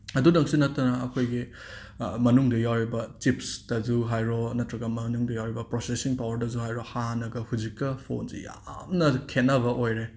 ꯑꯗꯨꯇꯪꯁꯨ ꯅꯠꯇꯅ ꯑꯩꯈꯣꯏꯒꯤ ꯃꯅꯨꯡꯗ ꯌꯥꯎꯔꯤꯕ ꯆꯤꯞꯁꯇꯁꯨ ꯍꯥꯏꯔꯣ ꯅꯠꯇ꯭ꯔꯒ ꯃꯅꯨꯡꯗ ꯌꯥꯎꯔꯤꯕ ꯄ꯭ꯔꯣꯁꯦꯁꯁꯤꯡ ꯄꯋꯔꯗꯁꯨ ꯍꯥꯏꯔꯣ ꯍꯥꯟꯅꯒ ꯍꯧꯖꯤꯛꯀ ꯐꯣꯟꯁꯤ ꯌꯥꯝꯅ ꯈꯦꯠꯅꯕ ꯑꯣꯏꯔꯦ